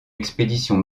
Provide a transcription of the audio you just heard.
expédition